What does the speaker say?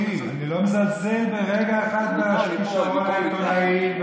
אני לא מזלזל לרגע בכישרון העיתונאי,